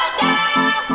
down